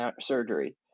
surgery